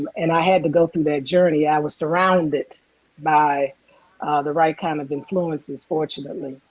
and i had to go through that journey i was surrounded by the right kind of influences, fortunately.